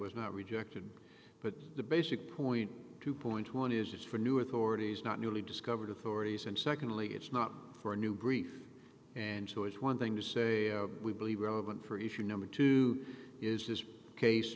was not rejected but the basic point to point one is for new authorities not newly discovered authorities and secondly it's not for a new brief and who is one thing to say we believe relevant for issue number two is his case